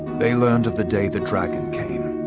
they learned of the day the dragon came.